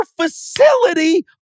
facility